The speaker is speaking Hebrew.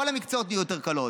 כל המקצועות נהיו יותר קלים.